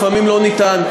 לפעמים לא ניתן,